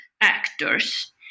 actors